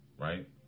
right